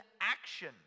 action